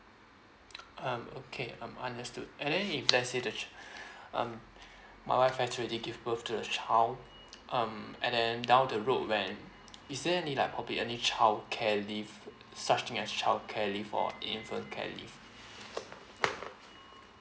um okay um understood and then if let's say the um my wife actually give birth to a child um and then down the road where is there any like probably any childcare leave such thing as childcare leave or infant care leave